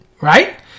right